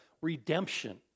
redemption